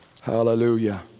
hallelujah